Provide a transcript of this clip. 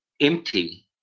Empty